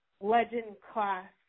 legend-class